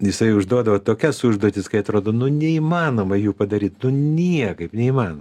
jisai užduodavo tokias užduotis kai atrodo nu neįmanoma jų padaryt nu niekaip neįmanoma